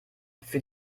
für